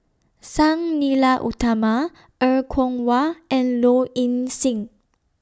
Sang Nila Utama Er Kwong Wah and Low Ing Sing